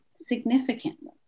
significantly